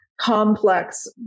complex